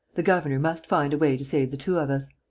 the governor must find a way to save the two of us.